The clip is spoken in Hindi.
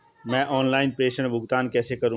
मैं ऑनलाइन प्रेषण भुगतान कैसे करूँ?